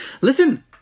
listen